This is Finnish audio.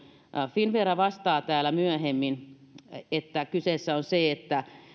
finnvera vastaa täällä myöhemmin että kyseessä on se että